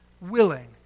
willing